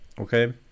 okay